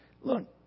Look